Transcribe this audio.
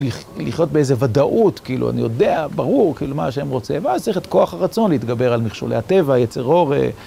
לחיות באיזה ודאות, כאילו, אני יודע, ברור, כאילו, מה שהם רוצים. ואז צריך את כוח הרצון להתגבר על מכשולי הטבע, יצר הרע.